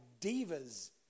divas